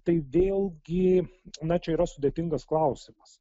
tai vėlgi na čia yra sudėtingas klausimas